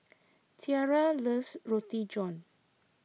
Tiera loves Roti John